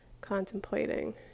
contemplating